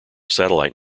satellite